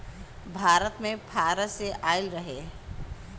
भारत मे फारस से आइल रहे